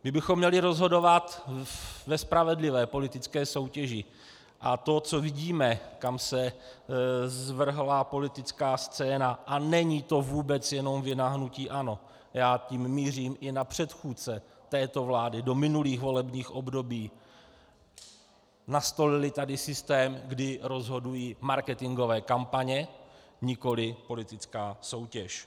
Kdybychom měli rozhodovat ve spravedlivé politické soutěži... a to, co vidíme, kam se zvrhla politická scéna, a není to vůbec jenom vina hnutí ANO, já tím mířím i na předchůdce této vlády, do minulých volebních období, nastolili tady systém, kdy rozhodují marketingové kampaně, nikoli politická soutěž.